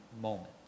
moment